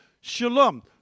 Shalom